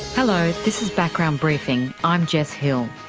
hello, this is background briefing, i'm jess hill.